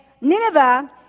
Nineveh